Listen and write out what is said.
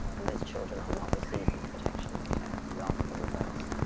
and those children are not receiving protection and care rather the reverse.